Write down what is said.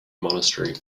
monastery